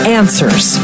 answers